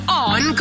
on